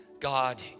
God